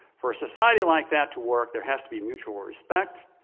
for a society like that to work, there has to be mutual respect.